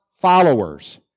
followers